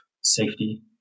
safety